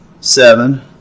seven